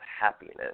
happiness